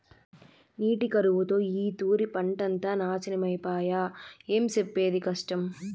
నీటి కరువుతో ఈ తూరి పంటంతా నాశనమై పాయె, ఏం సెప్పేది కష్టం